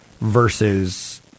versus